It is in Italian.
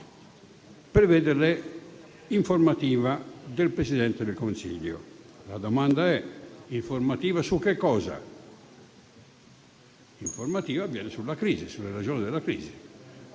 prevede l'informativa del Presidente del Consiglio. La domanda è: informativa su che cosa? Sulla crisi e sulle ragioni della crisi.